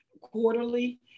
quarterly